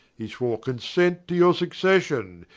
he swore consent to your succession,